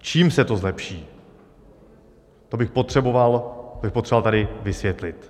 Čím se to zlepší to bych potřeboval tady vysvětlit.